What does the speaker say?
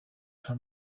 nta